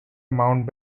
mount